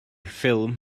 ffilm